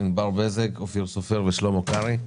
בבקשה.